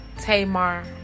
Tamar